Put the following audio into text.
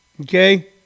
Okay